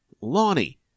Lonnie